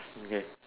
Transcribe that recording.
okay